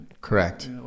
Correct